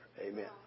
Amen